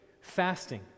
fasting